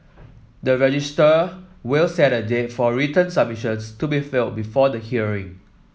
the registrar will set a date for written submissions to be filed before the hearing